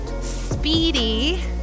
speedy